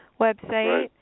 website